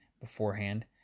beforehand